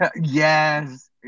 Yes